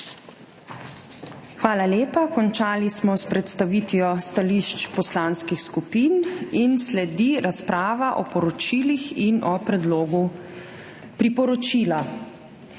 Hvala lepa. Končali smo s predstavitvijo stališč poslanskih skupin. Sledi razprava o poročilih in o Predlogu priporočila.